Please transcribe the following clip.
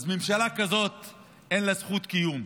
אז ממשלה כזאת אין לה זכות קיום.